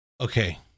Okay